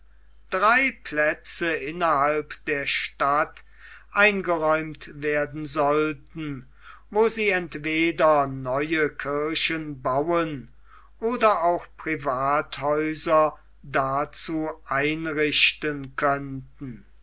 drei plätze innerhalb der stadt eingeräumt werden sollten wo sie entweder neue kirchen bauen oder auch privathäuser dazu einrichten könnten